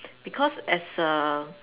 because as a